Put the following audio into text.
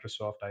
Microsoft